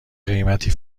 قیمتی